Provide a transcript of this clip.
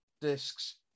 discs